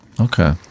Okay